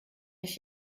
ich